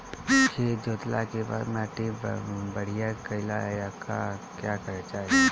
खेत जोतला के बाद माटी बढ़िया कइला ला का करे के चाही?